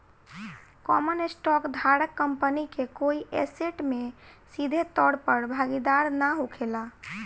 common stock धारक company के कोई ऐसेट में सीधे तौर पर भागीदार ना होखेला